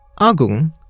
Agung